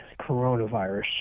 coronavirus